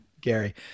Gary